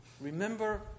remember